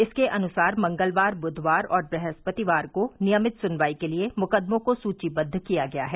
इसके अनुसार मंगलवार बुधवार और बृहस्पतिवार को नियमित सुनवाई के लिए मुकदमों को सूचीबद्व किया गया है